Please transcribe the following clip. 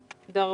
קצר.